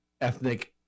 ethnic